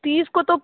तीस को तो